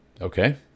Okay